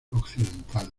occidentales